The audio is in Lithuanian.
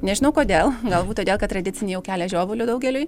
nežinau kodėl galbūt todėl kad tradiciniai jau kelia žiovulį daugeliui